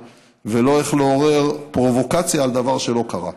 ולא איך לעורר פרובוקציה על דבר שלא קרה.